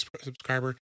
subscriber